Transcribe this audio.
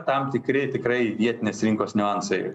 tam tikri tikrai vietinės rinkos niuansai